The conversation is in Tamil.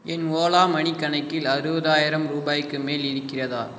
என் ஓலா மனி கணக்கில் அறுபதாயிரம் ரூபாய்க்கு மேல் இருக்கிறதா